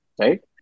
right